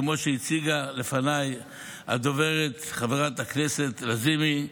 כמו שהציגה לפניי הדוברת חברת הכנסת לזימי,